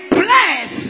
bless